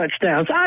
touchdowns